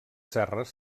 serres